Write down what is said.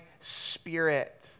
spirit